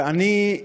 ואני,